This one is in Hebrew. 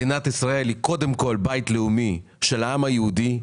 מדינת ישראל היא קודם כל בית לאומי של העם היהודי,